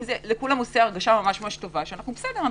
זה עושה הרגשה שאנחנו בשליטה.